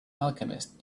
alchemist